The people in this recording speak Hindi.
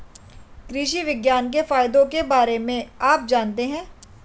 कृषि विज्ञान के फायदों के बारे में आप जानते हैं?